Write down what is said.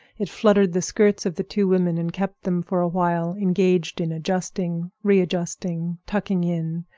it fluttered the skirts of the two women and kept them for a while engaged in adjusting, readjusting, tucking in,